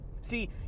See